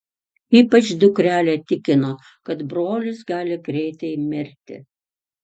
ypač dukrelė tikino kad brolis gali greitai mirti